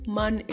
man